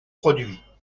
produit